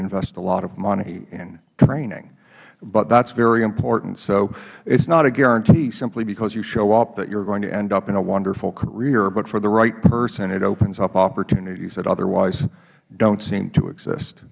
invest a lot of money in training but that is very important so it is not a guarantee simply because you show up that you are going to end up in a wonderful career but for the right person it opens up opportunities that otherwise dont seem to exist